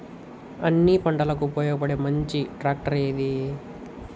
అన్ని పంటలకు ఉపయోగపడే మంచి ట్రాక్టర్ ఏది?